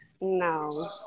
no